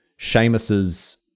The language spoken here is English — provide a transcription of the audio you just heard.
Seamus's